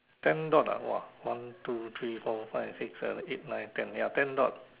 ten dot ah !wah! one two three four five six seven eight nine ten ya ten dot